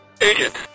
Agent